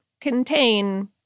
contain